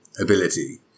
ability